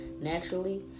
naturally